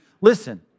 Listen